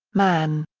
man.